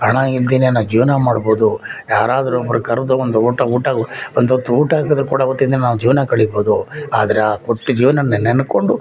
ಹಣ ಇಲ್ಲದೇನೆ ನಾವು ಜೀವನ ಮಾಡ್ಬೋದು ಯಾರಾದ್ರೂ ಒಬ್ಬರು ಕರೆದು ಒಂದು ಊಟ ಊಟ ಒಂದೊತ್ತು ಊಟ ಹಾಕಿದ್ರು ಕೂಡ ಆವತ್ತಿನ ದಿನ ನಾವು ಜೀವನ ಕಳಿಬೋದು ಆದರೆ ಆ ಕೊಟ್ಟಿ ಜೀವನನ ನೆನ್ಕೊಂಡು